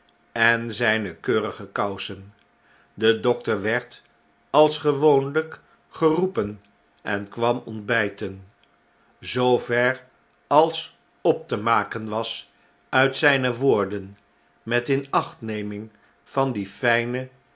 en zyne keurige kousen de dokter werd als gewoonlijk geroepen en kwam ontbyten zoover als op te maken was uit zyne woorden met inacntneming van die fijne